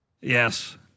Yes